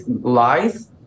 lies